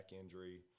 injury